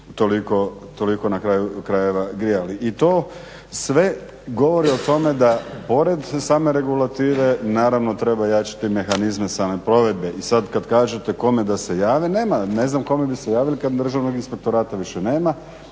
toliko na kraju krajeva grijali. I to sve govori o tome da pored same regulative naravno treba jačati mehanizme same provedbe i sad kad kažete kome da se jave nema, ne znam kome bi se javili kad državnog inspektorata više nema.